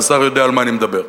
והשר יודע על מה אני מדבר.